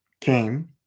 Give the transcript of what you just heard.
came